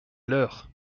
l’heure